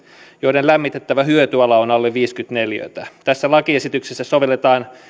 joiden lämmitettävä hyötyala on alle viisikymmentä neliötä tässä lakiesityksessä sovelletaan